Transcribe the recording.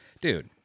Dude